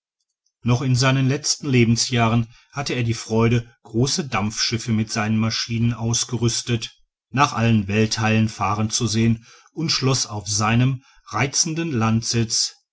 noch in seinen letzten lebensjahren hatte er die freude große dampfschiffe mit seinen maschinen ausgerüstet nach allen weltheilen fahren zu sehen und schloß auf seinem reizenden landsitze